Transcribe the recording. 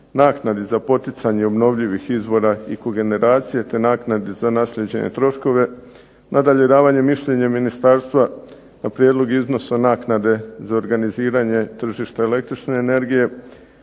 naknadi za poticanje obnovljivih izvora i kogeneracije te naknade za naslijeđene troškove. Nadalje, davanje mišljenja ministarstva na prijedlog iznosa naknade za organiziranje tržišta električne energije,